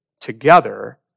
together